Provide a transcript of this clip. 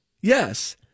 Yes